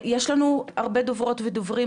יש לנו הרבה דוברות ודוברים,